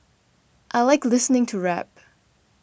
I like listening to rap